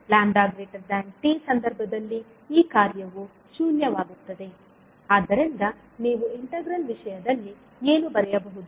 λ t ಸಂದರ್ಭದಲ್ಲಿ ಈ ಕಾರ್ಯವು ಶೂನ್ಯವಾಗುತ್ತದೆ ಆದ್ದರಿಂದ ನೀವು ಇಂಟಿಗ್ರಲ್ ವಿಷಯದಲ್ಲಿ ಏನು ಬರೆಯಬಹುದು